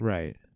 Right